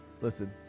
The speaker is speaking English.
Listen